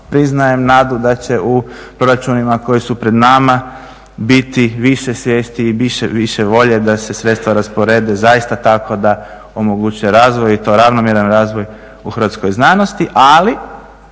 priznajem, nadu da će u proračunima koji su pred nama biti više svijesti i više volje da se sredstva rasporede, zaista tako da omoguće razvoj, i to ravnomjeran razvoj u hrvatskoj znanosti. Ali,